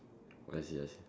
I see I see